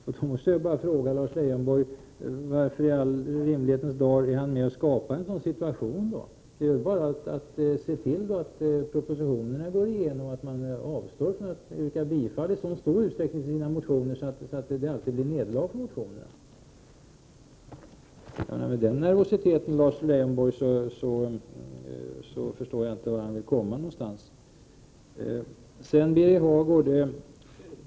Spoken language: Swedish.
Jag måste då fråga Lars Leijonborg varför han är med om att skapa en sådan situation. Det är bara att se till att propositionerna går igenom. Man kan avstå från att yrka bifall i så stor utsträckning till sina motioner och se till att det alltid blir nederlag för motionsförslagen. Jag förstår inte vart Lars Leijonborg vill komma med sådan nervositet.